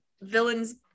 villains